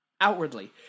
Outwardly